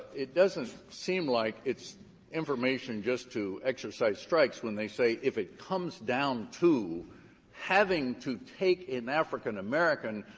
it doesn't seem like it's information just to exercise strikes when they say, if it comes down to having to take an african-american,